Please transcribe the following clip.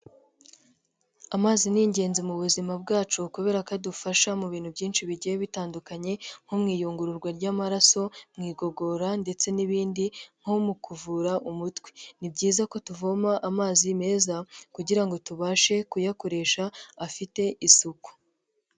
Amazi ni ingenzi mu buzima bwacu kubera ko adufasha mu bintu byinshi bigiye bitandukanye, nko mu iyungururwa ry'amaraso, mu igogora ndetse n'ibindi nko mu kuvura umutwe. Ni byiza ko tuvoma amazi meza kugira ngo tubashe kuyakoresha afite isuku.